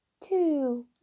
two